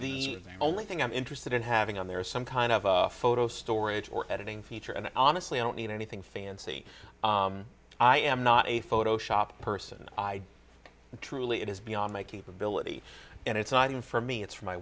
the only thing i'm interested in having on there is some kind of photo storage or editing feature and honestly i don't need anything fancy i am not a photoshop person i truly it is beyond my capability and it's not even for me it's for my